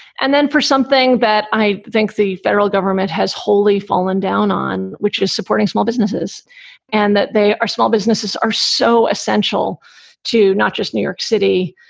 and then for something that i think the federal government has wholly fallen down on, which is supporting small businesses and that they are small businesses are so essential to not just new york city,